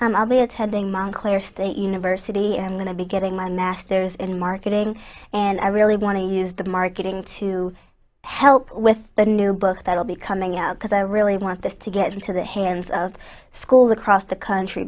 and i'll be attending montclair state university and then i'll be getting my master's in marketing and i really want to use the marketing to help with that in your book that will be coming out because i really want this to get into the hands of schools across the country